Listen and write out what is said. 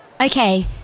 Okay